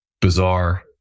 bizarre